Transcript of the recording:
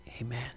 Amen